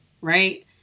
right